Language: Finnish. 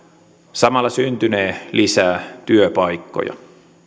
samalla syntynee lisää työpaikkoja